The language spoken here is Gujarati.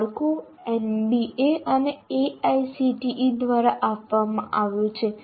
માળખું NBA અને AICTE દ્વારા આપવામાં આવ્યું છે